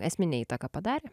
esminę įtaką padarė